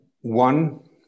One